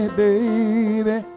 baby